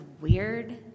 weird